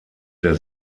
der